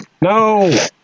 No